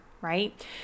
Right